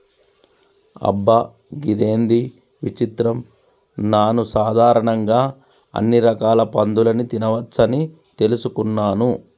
అబ్బ గిదేంది విచిత్రం నాను సాధారణంగా అన్ని రకాల పందులని తినవచ్చని తెలుసుకున్నాను